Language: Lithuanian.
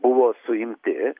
buvo suimti